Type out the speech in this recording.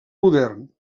modern